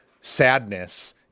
sadness